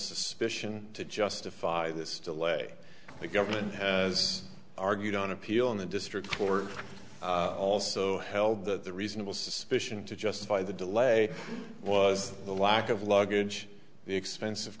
suspicion to justify this delay the government has argued on appeal in the district were also held that the reasonable suspicion to justify the delay was the lack of luggage the expensive